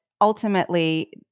ultimately